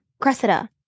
Cressida